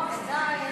מתעניין,